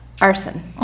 Arson